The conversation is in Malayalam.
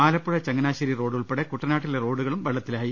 ആലപ്പുഴ ചങ്ങനാശ്ശേരി റോഡ് ഉൾപ്പെടെ കുട്ടനാട്ടിലെ റോഡുകളും വെളളത്തിലായി